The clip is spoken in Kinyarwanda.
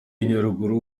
nyaruguru